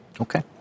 Okay